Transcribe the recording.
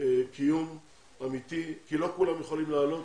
קיום אמיתי כי לא כולם יכולים לעלות,